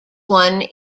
one